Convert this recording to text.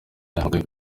yahamagaye